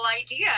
idea